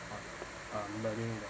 uh um learning in the